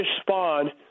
spawn